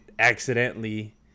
accidentally